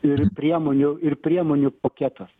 ir priemonių ir priemonių paketas